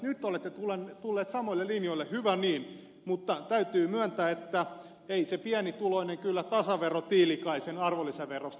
nyt te olette tulleet samoille linjoille hyvä niin mutta täytyy myöntää että ei se pienituloinen kyllä tasavero tiilikaisen arvonlisäverosta silti tykkää